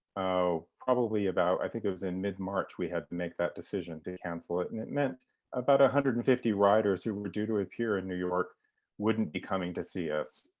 ah probably about, i think it was in mid-march we had to make that decision to cancel it. and it meant about one ah hundred and fifty writers who were due to appear in new york wouldn't be coming to see us.